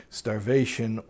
starvation